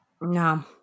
no